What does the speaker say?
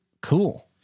cool